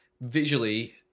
Visually